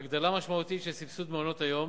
הגדלה משמעותית של סבסוד מעונות-היום